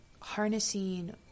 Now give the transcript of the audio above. harnessing